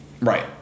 Right